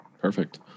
Perfect